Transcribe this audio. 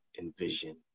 envision